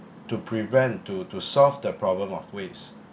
to prevent to to solve the problem of waste